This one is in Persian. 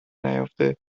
نیافته